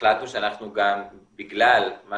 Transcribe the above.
החלטנו שאנחנו גם, בגלל מה